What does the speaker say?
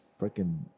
freaking